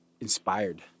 inspired